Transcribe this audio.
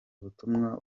butumwa